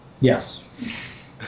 Yes